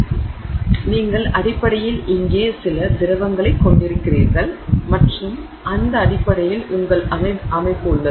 எனவே நீங்கள் அடிப்படையில் இங்கே சில திரவங்களைக் கொண்டிருக்கிறீர்கள் மற்றும் இந்த அடிப்படையில் உங்கள் அமைப்பு உள்ளது